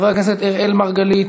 חבר הכנסת אראל מרגלית,